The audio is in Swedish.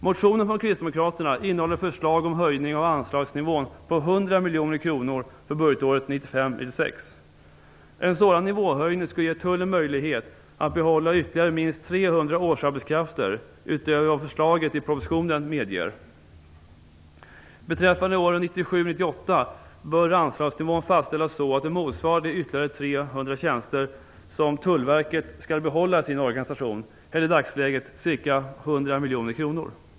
Motionen från kristdemokraterna innehåller förslag om höjning av anslagsnivån på 100 miljoner kronor för budgetåret 1995/96. En sådan nivåhöjning skulle ge tullen möjlighet att behålla ytterligare minst 300 årsarbetskrafter utöver vad förslaget i propositionen medger. Beträffande åren 1997 och 1998 bör anslagsnivån fastställas så att den motsvarar de ytterligare minst 300 tjänster som Tullverket skall behålla i sin organisation, eller i dagsläget ca 100 miljoner kronor.